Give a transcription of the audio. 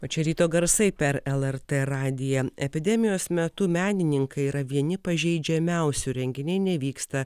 o čia ryto garsai per lrt radiją epidemijos metu menininkai yra vieni pažeidžiamiausių renginiai nevyksta